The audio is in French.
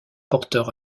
porteur